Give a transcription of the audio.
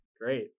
Great